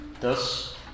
Thus